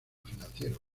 financiero